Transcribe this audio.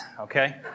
okay